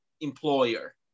employer